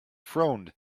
frowned